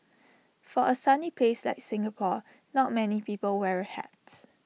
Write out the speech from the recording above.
for A sunny place like Singapore not many people wear A hat